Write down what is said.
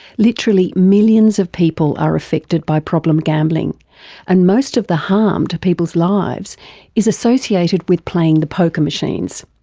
literally millions of people are affected by problem gambling and most of the harm to people's lives is associated with playing the poker machines.